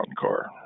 car